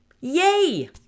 Yay